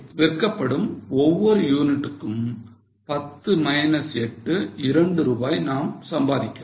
எனவே விற்கப்படும் ஒவ்வொரு யூனிட்டுக்கும் 10 minus 8 2 ரூபாய் நாம் சம்பாதிக்கிறோம்